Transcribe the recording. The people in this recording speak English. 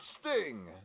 Sting